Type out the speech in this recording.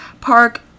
Park